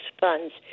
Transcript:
funds